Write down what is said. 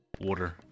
Water